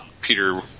Peter